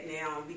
now